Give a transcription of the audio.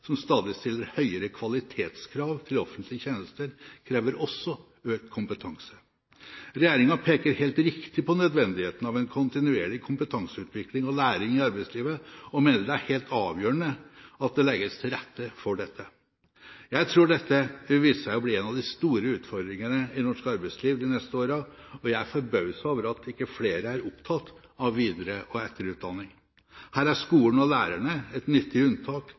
som stadig stiller høyere kvalitetskrav til offentlige tjenester, krever også økt kompetanse. Regjeringen peker helt riktig på nødvendigheten av en kontinuerlig kompetanseutvikling og læring i arbeidslivet og mener det er helt avgjørende at det legges til rette for dette. Jeg tror dette vil vise seg å bli en av de store utfordringene i norsk arbeidsliv de neste årene, og jeg er forbauset over at ikke flere er opptatt av videre- og etterutdanning. Her er skolen og lærerne et nyttig unntak,